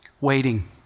waiting